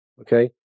okay